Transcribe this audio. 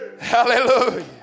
Hallelujah